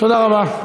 תודה רבה.